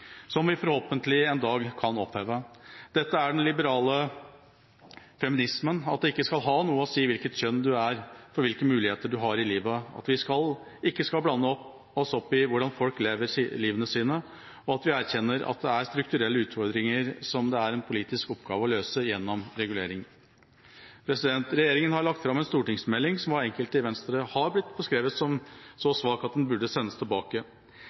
som vi forhåpentlig en dag kan oppheve. Dette er den liberale feminismen: at det ikke skal ha noe å si hvilket kjønn du er for hvilke muligheter du har i livet, at vi ikke skal blande oss opp i hvordan folk vil leve livet sitt, og at vi erkjenner at det er strukturelle utfordringer som det er en politisk oppgave å løse gjennom regulering. Regjeringa har lagt fram en stortingsmelding som av enkelte i Venstre har blitt beskrevet som så svak at den burde sendes tilbake.